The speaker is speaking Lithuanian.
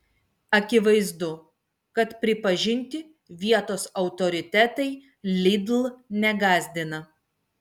akivaizdu kad pripažinti vietos autoritetai lidl negąsdina